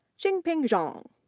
xinping zhang,